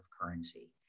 currency